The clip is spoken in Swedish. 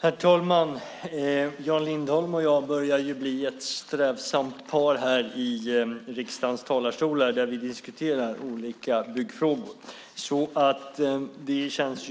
Herr talman! Jan Lindholm och jag börjar bli ett strävsamt par här i riksdagens talarstolar, där vi diskuterar olika byggfrågor. Det känns